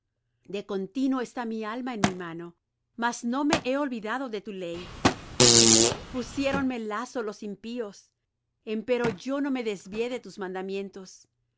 de continuo está mi alma en mi mano mas no me he olvidado de tu ley pusiéronme lazo los impíos empero yo no me desvié de tus mandamientos